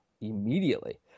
immediately